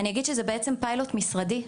אני אגיד שזה פיילוט משרדי,